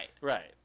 Right